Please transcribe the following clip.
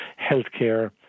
healthcare